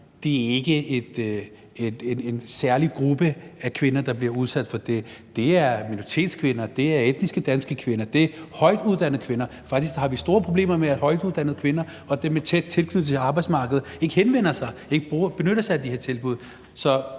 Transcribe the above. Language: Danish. at det ikke er en særlig gruppe af kvinder, der bliver udsat for det, men at det er minoritetskvinder, det er etnisk danske kvinder, det er højtuddannede kvinder, og at vi faktisk har store problemer med, at højtuddannede kvinder og dem med tæt tilknytning til arbejdsmarkedet ikke henvender sig,